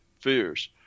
fears